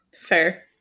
Fair